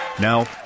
Now